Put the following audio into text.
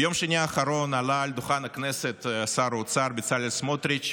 ביום שני האחרון עלה על דוכן הכנסת שר האוצר בצלאל סמוטריץ',